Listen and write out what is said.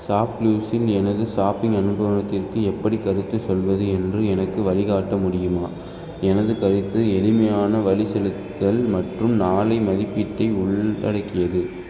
ஷாப்க்ளூஸில் எனது ஷாப்பிங் அனுபவத்திற்கு எப்படி கருத்து சொல்வது என்று எனக்கு வழிகாட்ட முடியுமா எனது கருத்து எளிமையான வழிசெலுத்தல் மற்றும் நாளை மதிப்பீட்டை உள் அடக்கியது